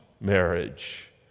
marriage